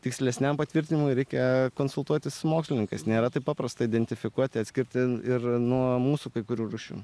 tikslesniam patvirtinimui reikia konsultuotis su mokslininkas nėra taip paprasta identifikuoti atskirti ir nuo mūsų kai kurių rūšių